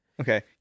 Okay